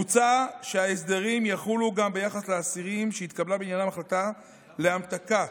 מוצע שההסדרים יחולו גם ביחס לאסירים שהתקבלה בעניינם החלטה להמתקה